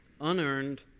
unearned